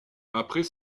après